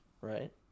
right